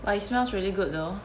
but it smells really good though